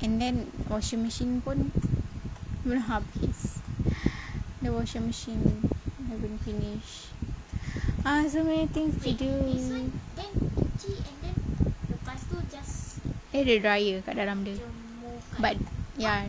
and then washing machine pun belum habis the washing machine haven't finish ah so many things to do need dia ada dryer kat dalam dia but ya